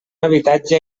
habitatge